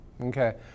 Okay